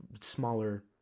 smaller